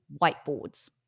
whiteboards